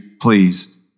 please